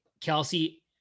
kelsey